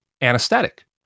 anesthetic